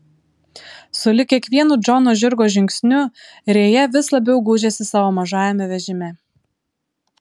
sulig kiekvienu džono žirgo žingsniu rėja vis labiau gūžėsi savo mažajame vežime